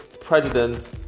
president